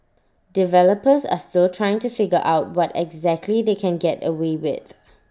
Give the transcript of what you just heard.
developers are still trying to figure out what exactly they can get away with